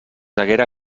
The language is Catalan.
haguera